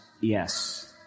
Yes